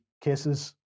cases